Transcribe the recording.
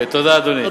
תודה, אדוני.